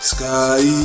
Sky